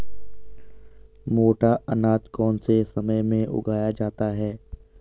मोटा अनाज कौन से समय में उगाया जाता है?